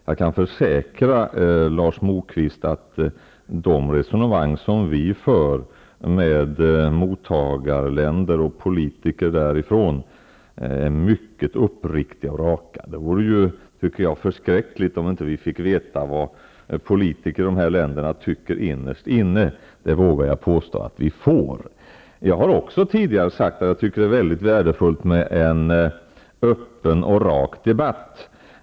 Jag kan försäkra Lars Mo quist att de resonemang som vi för med mottagarländer och politiker där ifrån är mycket uppriktiga och raka. Det vore ju förskräckligt om vi inte fick veta vad politiker i dessa länder anser innerst inne, vilket jag vågar påstå att vi får. Också jag har tidigare sagt att jag tycker att det är väldigt värdefullt med en öppen och rak debatt.